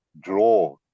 draw